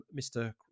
Mr